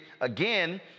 Again